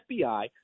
FBI